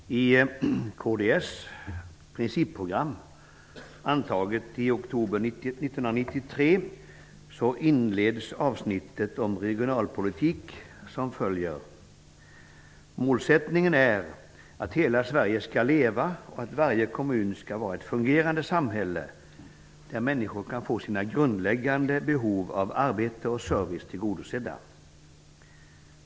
Herr talman! I kds principprogram, antaget i oktober 1993, inleds avsnittet om regionalpolitik som följer: ''Målsättningen är att hela Sverige skall leva och att varje kommun skall vara ett fungerande samhälle, där människor kan få sina grundläggande behov av arbete och service tillgodosedda.''